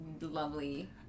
lovely